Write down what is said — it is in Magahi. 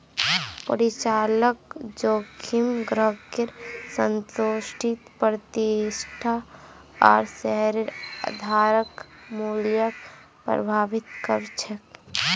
परिचालन जोखिम ग्राहकेर संतुष्टि प्रतिष्ठा आर शेयरधारक मूल्यक प्रभावित कर छेक